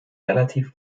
relativ